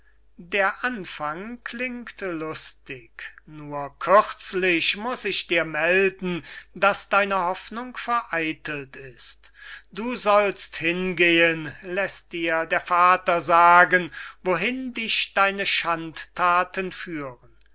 der anfang klingt lustig nur kürzlich muß ich dir melden daß deine hoffnung vereitelt ist du sollst hingehen läßt dir der vater sagen wohin dich deine schandthaten führen